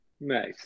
nice